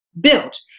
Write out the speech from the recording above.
built